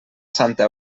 santa